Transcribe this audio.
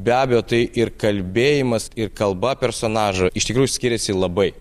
be abejo tai ir kalbėjimas ir kalba personažo iš tikrųjų skiriasi labai